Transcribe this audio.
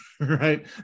right